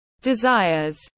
desires